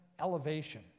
elevation